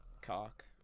cock